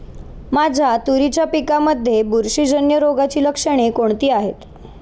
माझ्या तुरीच्या पिकामध्ये बुरशीजन्य रोगाची लक्षणे कोणती आहेत?